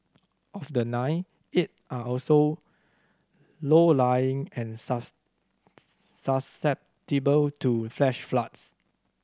of the nine eight are also low lying and susceptible to flash floods